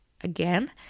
again